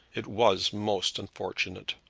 it was most unfortunate.